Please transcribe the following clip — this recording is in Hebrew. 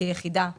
כיחידה אחת.